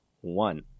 one